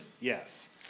yes